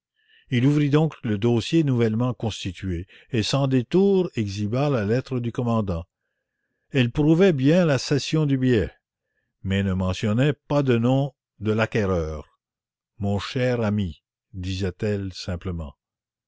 le conseil d'arsène lupin il exhiba la lettre du commandant elle prouvait bien la cession du billet mais ne mentionnait pas le nom de l'acquéreur mon cher ami disait-elle simplement